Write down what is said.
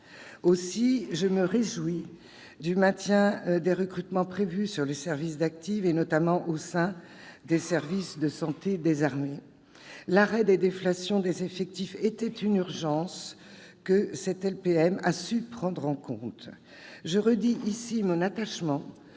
également du maintien des recrutements prévus dans les services d'active, notamment au sein du service de santé des armées, le SSA. L'arrêt des déflations des effectifs était une urgence, que cette LPM a su prendre en compte. Je redis ici mon attachement